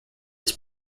his